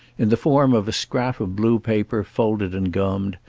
in the form of a scrap of blue paper folded and gummed,